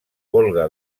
volga